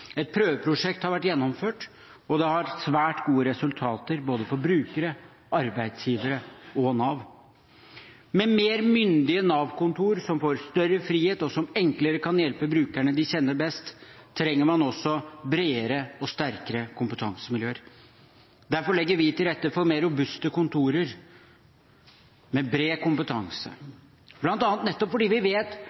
Et prøveprosjekt har vært gjennomført, og det har gitt svært gode resultater både for brukere, arbeidsgivere og Nav. Med mer myndige Nav-kontorer som får større frihet, og som enklere kan hjelpe brukerne de kjenner best, trenger man også bredere og sterkere kompetansemiljøer. Derfor legger vi til rette for mer robuste kontorer, med bred kompetanse, bl.a. nettopp fordi vi vet